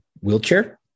wheelchair